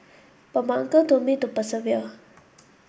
but my uncle told me to persevere